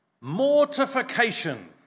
Mortification